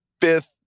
fifth